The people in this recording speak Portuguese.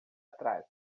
atrás